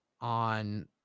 on